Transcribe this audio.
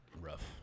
Rough